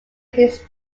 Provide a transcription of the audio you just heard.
his